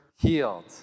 healed